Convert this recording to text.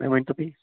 تُہۍ ؤنۍ تو مےٚ یہِ